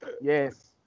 Yes